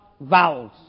vowels